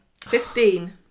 Fifteen